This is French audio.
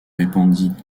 répondit